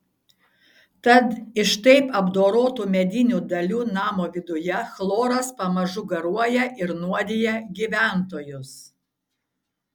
tad iš taip apdorotų medinių dalių namo viduje chloras pamažu garuoja ir nuodija gyventojus